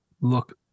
look